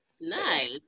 Nice